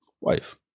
wife